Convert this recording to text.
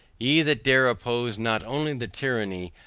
ye that dare oppose, not only the tyranny,